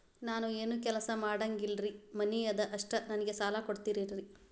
ನಾನು ಏನು ಕೆಲಸ ಮಾಡಂಗಿಲ್ರಿ ಮನಿ ಅದ ಅಷ್ಟ ನನಗೆ ಸಾಲ ಕೊಡ್ತಿರೇನ್ರಿ?